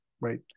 right